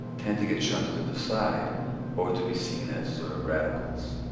tend to get shunted to the side or to be seen as sort of radicals.